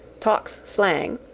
talks slang,